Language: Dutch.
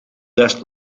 rest